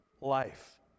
life